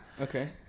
okay